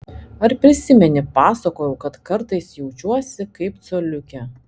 ar prisimeni pasakojau kad kartais jaučiuosi kaip coliukė